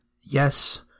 yes